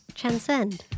transcend